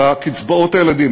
בקצבאות הילדים.